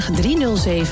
307